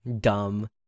Dumb